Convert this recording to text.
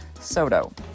Soto